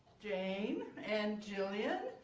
jayne and jillian.